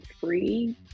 free